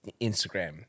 Instagram